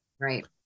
Right